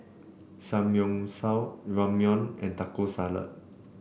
Samgyeopsal Ramyeon and Taco Salad